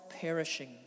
perishing